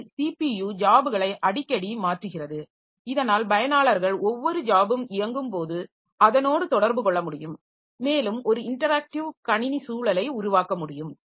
ஏனெனில் ஸிபியு ஜாப்களை அடிக்கடி மாற்றுகிறது இதனால் பயனாளர்கள் ஒவ்வொரு ஜாபும் இயங்கும்போது அதனோடு தொடர்பு காெள்ள முடியும் மேலும் ஒரு இன்டராக்டிவ் கணினி சூழலை உருவாக்க முடியும்